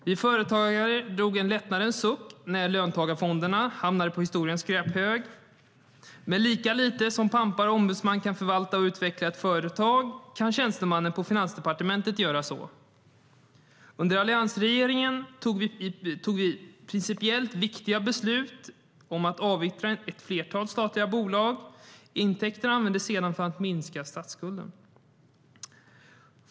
Vi företagare drog en lättnadens suck när löntagarfonderna hamnade på historiens skräphög. Men lika lite som pampar och ombudsmän kan förvalta och utveckla ett företag kan tjänstemännen på Finansdepartementet göra det. Under Alliansregeringen tog vi principiellt viktiga beslut om att avyttra ett flertal statliga bolag. Intäkterna användes sedan för att minska statsskulden.